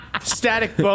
Static